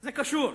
זה קשור.